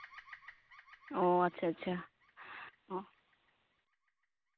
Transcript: ᱚᱸᱻ ᱟᱪᱪᱷᱟ ᱟᱪᱪᱷᱟ ᱚᱸᱻ